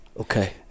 Okay